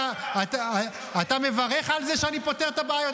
אתה מברך על זה שאני פותר את הבעיות?